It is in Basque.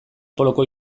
poloko